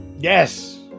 Yes